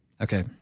Okay